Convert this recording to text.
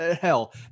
Hell